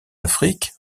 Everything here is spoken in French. afrique